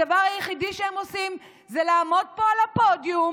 הדבר היחידי שהם עושים זה לעמוד פה על הפודיום